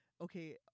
okay